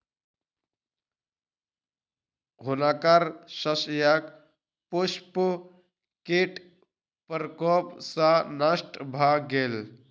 हुनकर शस्यक पुष्प कीट प्रकोप सॅ नष्ट भ गेल